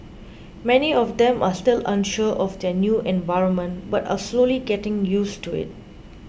many of them are still unsure of their new environment but are slowly getting used to it